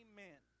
men